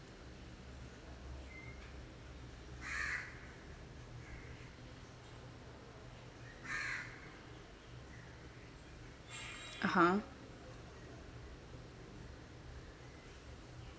(uh huh)